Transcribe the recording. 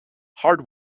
hard